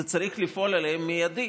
זה צריך לפעול עליהם מיידית,